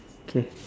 okay